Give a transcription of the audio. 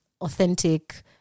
authentic